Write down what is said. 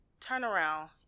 turnaround